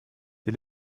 die